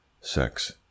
sex